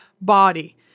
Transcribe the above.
body